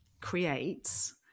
creates